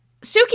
Suki